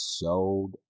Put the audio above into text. showed